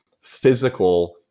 physical